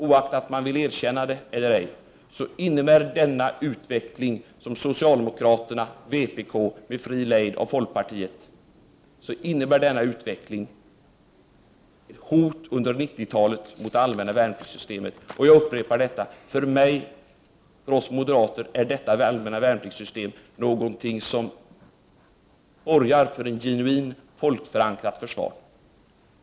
Oavsett om man vill erkänna det eller ej innebär den utveckling som socialdemokraterna och vpk genomför med fri lejd av folkpartiet under 1990-talet ett hot mot det allmänna värnpliktssystemet. Jag upprepar: För oss moderater är detta allmänna värnpliktssystem någonting som borgar för ett genuint, folkförankrat försvar.